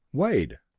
wade,